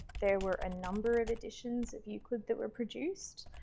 there were a number of editions of euclid that were produced.